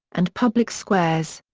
and public squares.